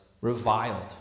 reviled